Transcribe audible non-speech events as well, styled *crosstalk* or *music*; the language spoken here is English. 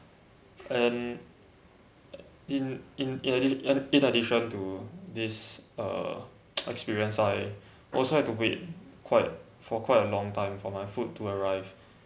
and in in in addi~ in uh in addition to this uh *noise* experience I also had to wait quite for quite a long time for my food to arrive